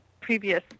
previous